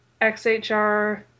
XHR